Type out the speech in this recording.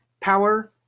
power